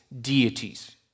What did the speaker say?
deities